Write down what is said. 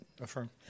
Affirm